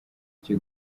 cye